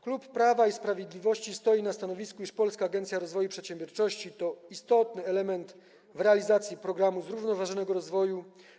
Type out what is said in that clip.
Klub Prawa i Sprawiedliwości stoi na stanowisku, iż Polska Agencja Rozwoju Przedsiębiorczości to istotny element w realizacji programu zrównoważonego rozwoju.